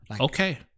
Okay